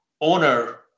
owner